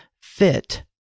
fit